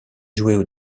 joué